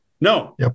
No